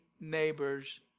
neighbors